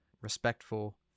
Respectful